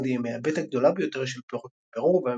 הולנד היא המייבאת הגדולה ביותר של פירות מפרו,